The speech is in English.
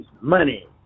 money